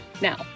Now